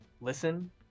listen